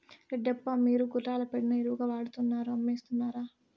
రెడ్డప్ప, మీరు గుర్రాల పేడని ఎరువుగా వాడుతున్నారా అమ్మేస్తున్నారా